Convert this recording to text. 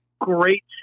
great